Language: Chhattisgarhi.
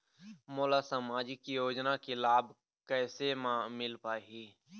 मोला सामाजिक योजना के लाभ कैसे म मिल पाही?